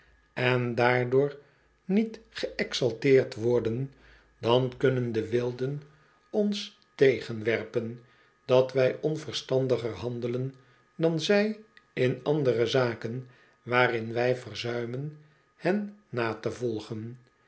en daardoor niet geëxalteerd worden dan kunnen de wilden ons tegenwerpen dat wij onverstandiger handelen dan zij in andere zaken waarin wy verzuimen hen na te volgen